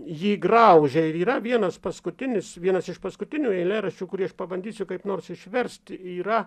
jį graužia ir yra vienas paskutinis vienas iš paskutinių eilėraščių kurį aš pabandysiu kaip nors išversti yra